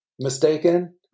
mistaken